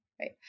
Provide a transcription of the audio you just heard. Right